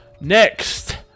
Next